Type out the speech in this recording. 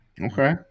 Okay